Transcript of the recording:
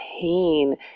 pain